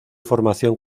formación